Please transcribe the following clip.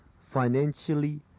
financially